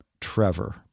Trevor